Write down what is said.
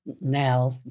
now